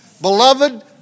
Beloved